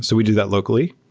so we do that locally.